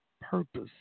purpose